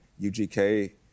UGK